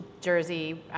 jersey